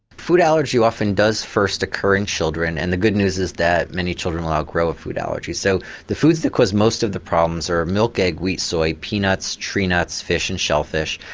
food allergy often does first occur in children and the good news is that many children will outgrow a food allergy so the foods that cause most of the problems are milk, egg, wheat, soy, peanuts, tree nuts, fish and shell fish.